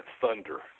thunder